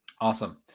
awesome